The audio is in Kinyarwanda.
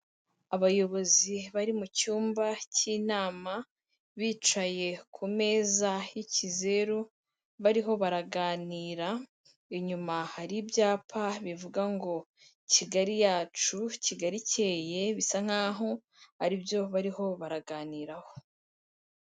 Abayobozi bari mu cyumba cy'inama, bicaye ku meza y'ikizeru bariho baraganira, inyuma hari ibyapa bivuga ngo Kigali yacu Kigali ikeye bisa nkaho ari byo bariho baraganiraho.